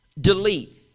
delete